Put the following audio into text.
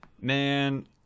Man